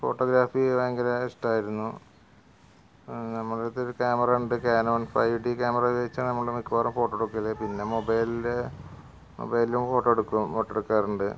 photography ഭയങ്കര ഇഷ്ടമായിരുന്നു നമ്മടടുത്തൊരു ക്യാമറ ഉണ്ട് കാനോൺ ഫെവ് ഡീ ക്യാമറ ഉപയോഗിച്ചാണ് നമ്മൾ മിക്കവാറും ഫോട്ടോ എടുക്കല് പിന്നെ മൊബൈലിൽ മൊബൈലിലും ഫോട്ടോ എടുക്കും ഫോട്ടോ എടുക്കാറുണ്ട്